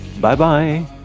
Bye-bye